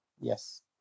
Yes